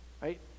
Right